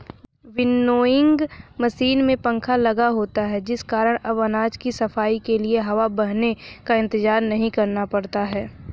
winnowing machine में पंखा लगा होता है जिस कारण अब अनाज की सफाई के लिए हवा बहने का इंतजार नहीं करना पड़ता है